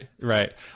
right